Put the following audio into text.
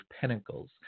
Pentacles